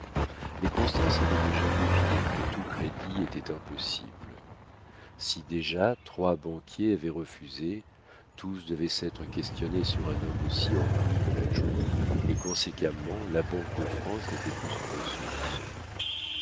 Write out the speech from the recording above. mais constance avait déjà deviné que tout crédit était impossible si déjà trois banquiers avaient refusé tous devaient s'être questionnés sur un homme aussi en vue que l'adjoint et conséquemment la banque de france n'était plus une ressource